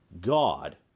God